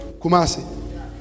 Kumasi